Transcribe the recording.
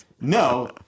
no